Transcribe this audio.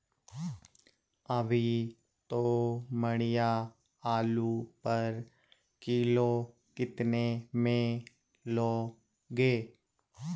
अभी तोमड़िया आलू पर किलो कितने में लोगे?